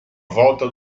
volta